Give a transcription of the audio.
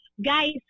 Guys